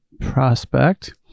prospect